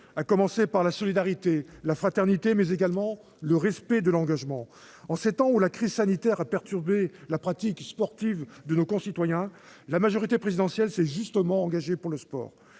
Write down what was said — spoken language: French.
à commencer par la solidarité, la fraternité, mais également le respect de l'engagement. En ces temps où la crise sanitaire a perturbé la pratique sportive de nos concitoyens, la majorité présidentielle s'est justement engagée pour le sport.